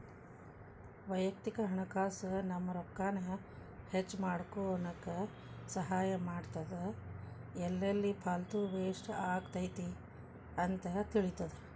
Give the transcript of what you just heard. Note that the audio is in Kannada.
ವಯಕ್ತಿಕ ಹಣಕಾಸ್ ನಮ್ಮ ರೊಕ್ಕಾನ ಹೆಚ್ಮಾಡ್ಕೊನಕ ಸಹಾಯ ಮಾಡ್ತದ ಎಲ್ಲೆಲ್ಲಿ ಪಾಲ್ತು ವೇಸ್ಟ್ ಆಗತೈತಿ ಅಂತ ತಿಳಿತದ